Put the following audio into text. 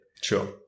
Sure